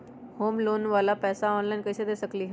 हम लोन वाला पैसा ऑनलाइन कईसे दे सकेलि ह?